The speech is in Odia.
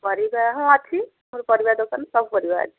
ପରିବା ହଁ ଅଛି ମୋର ପରିବା ଦୋକାନ ସବୁ ପରିବା ଅଛି